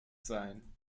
sein